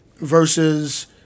versus